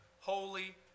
holy